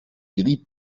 gris